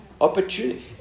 Opportunity